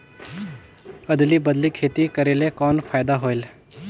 अदली बदली खेती करेले कौन फायदा होयल?